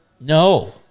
no